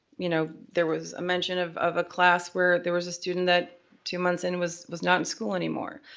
you know there was a mention of of a class where there was a student that two months and in, was not in school anymore.